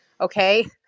Okay